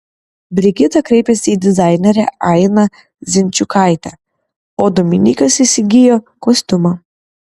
brigita kreipėsi į dizainerę ainą zinčiukaitę o dominykas įsigijo kostiumą